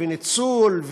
וניצול,